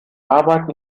arbeiten